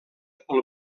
pel